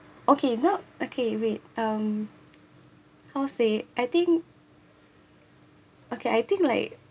okay not okay wait um how say I think okay I think like